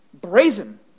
brazen